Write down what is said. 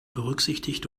berücksichtigt